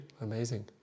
Amazing